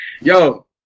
Yo